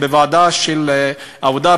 בוועדת העבודה,